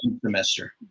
semester